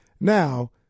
Now